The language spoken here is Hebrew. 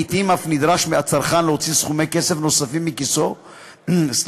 לעתים אף נדרש הצרכן להוציא סכומי כסף נוספים מכיסו כדי